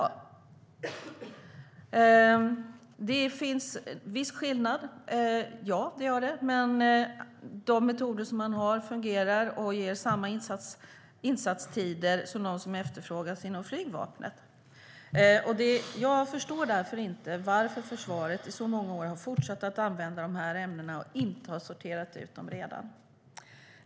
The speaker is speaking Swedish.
Ja, det finns viss skillnad, men de metoder man har fungerar och ger samma insatstider som dem som efterfrågas inom flygvapnet. Jag förstår därför inte varför försvaret i så många år har fortsatt att använda de här ämnena och inte redan sorterat ut dem.